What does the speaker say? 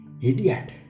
Idiot